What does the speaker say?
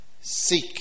Seek